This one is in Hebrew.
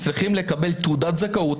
תודה.